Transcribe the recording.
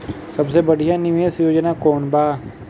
सबसे बढ़िया निवेश योजना कौन बा?